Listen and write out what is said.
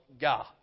God